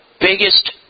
biggest